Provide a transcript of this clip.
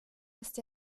ist